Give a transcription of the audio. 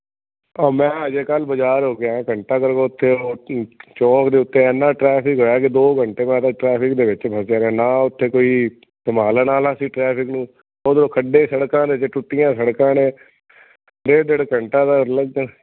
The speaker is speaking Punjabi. ਓਹ ਮੈਂ ਅਜੇ ਕੱਲ੍ਹ ਬਾਜ਼ਾਰ ਹੋ ਆਇਆ ਘੰਟਾ ਘਰ ਉੱਥੇ ਉਹ 'ਚ ਚੌਂਕ ਦੇ ਉੱਤੇ ਇੰਨਾਂ ਟਰੈਫਿਕ ਹੋਇਆ ਕਿ ਦੋ ਘੰਟੇ ਮੈਂ ਤਾਂ ਟਰੈਫਿਕ ਦੇ ਵਿੱਚ ਫਸਿਆ ਰਿਹਾ ਨਾ ਉੱਥੇ ਕੋਈ ਥਮਾ ਲੈਣ ਵਾਲਾ ਸੀ ਟਰੈਫਿਕ ਨੂੰ ਉੱਧਰੋਂ ਖੱਡੇ ਸੜਕਾਂ 'ਤੇ ਟੁੱਟੀਆਂ ਸੜਕਾਂ ਨੇ ਇਹ ਜਿਹੜੇ ਘੰਟਾ ਘਰ